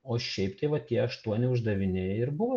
o šiaip tai va tie aštuoni uždaviniai ir buvo